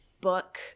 book